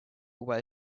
while